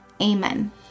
Amen